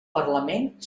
parlament